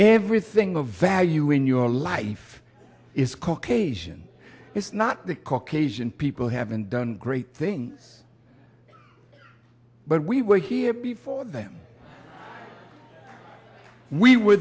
everything of value in your life is caucasian it's not the caucasian people haven't done great things but we were here before them we w